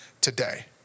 today